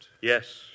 Yes